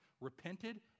repented